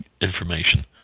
information